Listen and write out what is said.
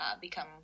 become